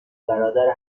برادر